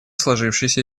сложившейся